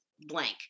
blank